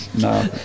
no